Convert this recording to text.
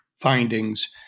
findings